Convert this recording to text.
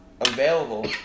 available